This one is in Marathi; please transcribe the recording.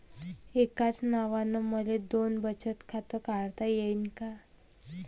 एकाच नावानं मले दोन बचत खातं काढता येईन का?